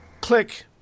Click